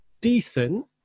decent